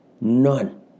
None